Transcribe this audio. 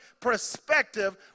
perspective